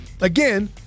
Again